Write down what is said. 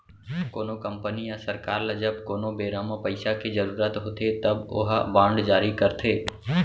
कोनो कंपनी या सरकार ल जब कोनो बेरा म पइसा के जरुरत होथे तब ओहा बांड जारी करथे